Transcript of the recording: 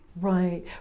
Right